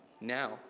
now